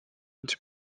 into